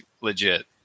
legit